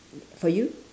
for you